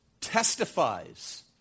testifies